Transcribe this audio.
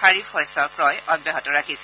খাৰিফ শস্যৰ ক্ৰয় অব্যাহত ৰাখিছে